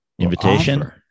Invitation